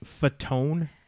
Fatone